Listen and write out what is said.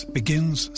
begins